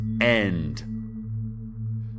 end